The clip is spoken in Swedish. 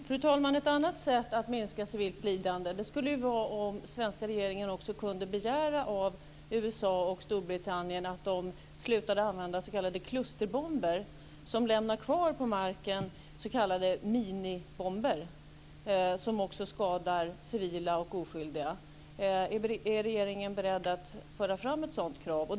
Fru talman! Ett annat sätt att minska civilt lidande skulle vara om den svenska regeringen kunde begära av USA och Storbritannien att de slutade att använda s.k. klusterbomber, vilka lämnar kvar s.k. minibomber på marken som skadar civila och oskyldiga. Är regeringen beredd att föra fram ett sådant krav?